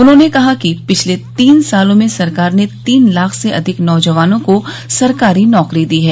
उन्होंने कहा कि पिछले तीन सालों में सरकार ने तीन लाख से अधिक नौजवानों को सरकारी नौकरी दी हैं